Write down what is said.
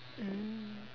mm